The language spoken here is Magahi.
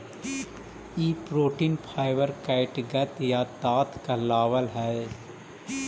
ई प्रोटीन फाइवर कैटगट या ताँत कहलावऽ हई